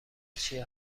چیه